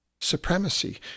supremacy